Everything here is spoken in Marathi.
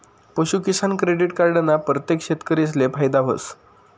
पशूकिसान क्रेडिट कार्ड ना परतेक शेतकरीले फायदा व्हस